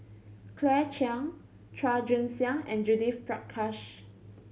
Claire Chiang Chua Joon Siang and Judith Prakash